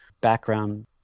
background